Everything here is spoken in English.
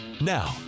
Now